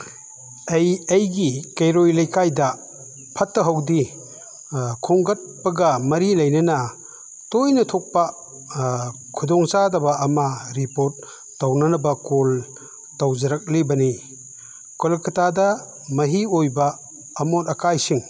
ꯑꯩ ꯑꯩꯒꯤ ꯀꯩꯔꯣꯜ ꯂꯩꯀꯥꯏꯗ ꯐꯠꯇ ꯍꯥꯎꯗꯤ ꯈꯣꯝꯒꯠꯄꯒ ꯃꯔꯤ ꯂꯩꯅꯅ ꯇꯣꯏꯅ ꯊꯣꯛꯄ ꯈꯨꯗꯣꯡ ꯆꯥꯗꯕ ꯑꯃ ꯔꯤꯄꯣꯔꯠ ꯇꯧꯅꯅꯕ ꯀꯣꯜ ꯇꯧꯍꯔꯛꯂꯤꯕꯅꯤ ꯀꯣꯜꯀꯇꯥꯗ ꯃꯍꯤ ꯑꯣꯏꯕ ꯑꯃꯣꯠ ꯑꯀꯥꯏꯁꯤꯡ